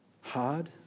hard